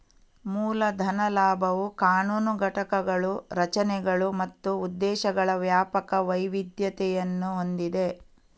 ಮೂಲ ಧನ ಲಾಭವು ಕಾನೂನು ಘಟಕಗಳು, ರಚನೆಗಳು ಮತ್ತು ಉದ್ದೇಶಗಳ ವ್ಯಾಪಕ ವೈವಿಧ್ಯತೆಯನ್ನು ಹೊಂದಿದೆ